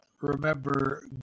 remember